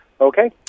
okay